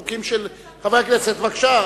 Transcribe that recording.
חברי הכנסת, בבקשה.